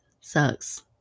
sucks